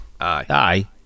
Aye